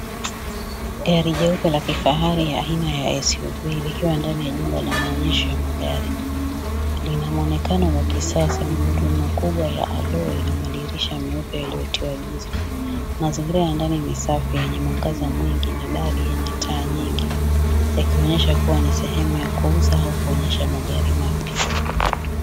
Gari jeupe la kifahari, aina ya SUV, likiwa ndani ya nyumba la maonyesho ya magari, lina muonekano wa kisasa, magurudumu makubwa ya alloy , na madirisha meupe yaliyotiwa giza. Mazingira ya ndani ni safi yenye mwangaza mwingi, na dari yenye taa nyingi, yakionyesha kuwa ni sehemu ya kuuza au kuonyesha magari mapya.